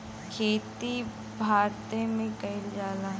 खेती भारते मे कइल जाला